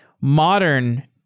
modern